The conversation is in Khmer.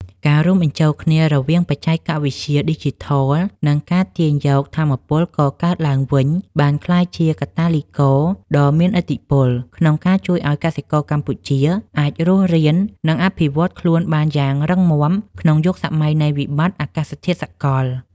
ការរួមបញ្ចូលគ្នារវាងបច្ចេកវិទ្យាឌីជីថល និងការទាញយកថាមពលកកើតឡើងវិញ បានក្លាយជាកាតាលីករដ៏មានឥទ្ធិពលក្នុងការជួយឱ្យកសិករកម្ពុជាអាចរស់រាន និងអភិវឌ្ឍខ្លួនបានយ៉ាងរឹងមាំក្នុងយុគសម័យនៃវិបត្តិអាកាសធាតុសកល។